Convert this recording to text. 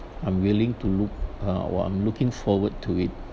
I'm willing to look uh or I'm looking forward to it